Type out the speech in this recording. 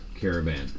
caravan